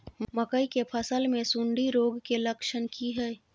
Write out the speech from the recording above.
मकई के फसल मे सुंडी रोग के लक्षण की हय?